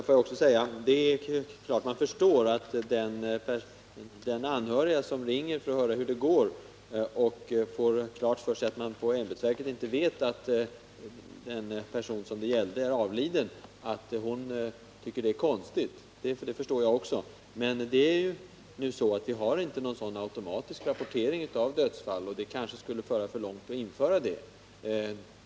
Det är klart att jag också förstår att om en anhörig ringer för att höra hur det går och får klart för sig att man på ämbetsverket inte vet att den person det gäller är avliden, så tycker hon att det är konstigt. Men det är nu så att vi inte har någon automatisk rapportering av dödsfall i en situation som denna, och det skulle vara svårt att införa en sådan.